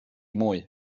mwy